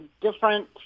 different